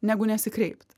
negu nesikreipt